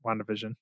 WandaVision